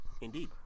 Indeed